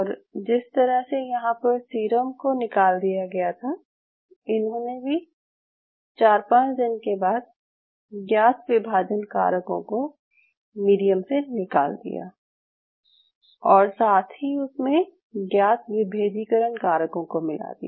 और जिस तरह से यहाँ पर सीरम को निकाल दिया गया था इन्होने भी चार पांच दिन के बाद ज्ञात विभाजन कारकों को मीडियम से निकाल दिया और साथ ही उसमे ज्ञात विभेदीकरण कारकों को मिला दिया